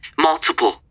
Multiple